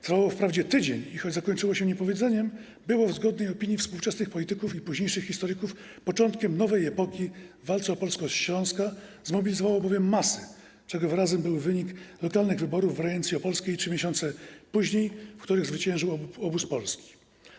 Trwało to wprawdzie tydzień i choć zakończyło się niepowodzeniem, było w zgodnej opinii współczesnych polityków i późniejszych historyków początkiem nowej epoki w walce o polskość Śląska, zmobilizowało bowiem masy, czego wyrazem był wynik lokalnych wyborów w rejencji opolskiej 3 miesiące później, w których zwyciężył obóz polski.